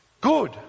good